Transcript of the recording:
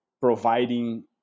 providing